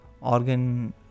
organ